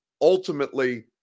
ultimately